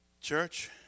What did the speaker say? Church